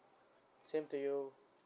same to you